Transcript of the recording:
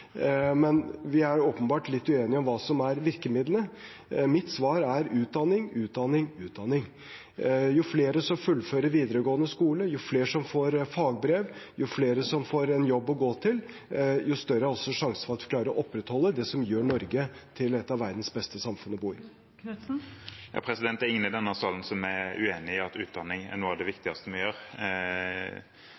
men vi er åpenbart litt uenige om hva som er virkemidlene. Mitt svar er utdanning, utdanning, utdanning. Jo flere som fullfører videregående skole, jo flere som får fagbrev, jo flere som får en jobb å gå til, jo større er sjansen for at vi klarer å opprettholde det som gjør Norge til et av verdens beste samfunn å bo i. Eigil Knutsen – til oppfølgingsspørsmål. Det er ingen i denne salen som er uenig i at utdanning er noe av det